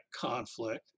conflict